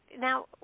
now